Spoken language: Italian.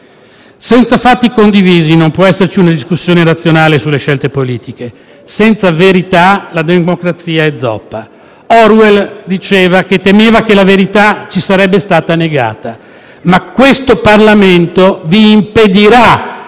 Senza fatti condivisi non può esserci una discussione razionale sulle scelte politiche; senza verità la democrazia è zoppa. Orwell diceva che temeva che la verità ci sarebbe stata negata, ma questo Parlamento vi impedirà